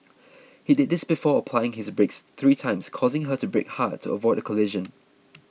he did this before applying his brakes three times causing her to brake hard to avoid a collision